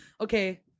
Okay